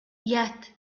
yet